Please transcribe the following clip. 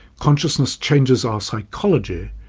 consciousness changes our psychology,